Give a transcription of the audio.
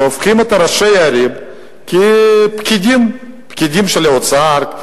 והופכים את ראשי הערים לפקידים של האוצר,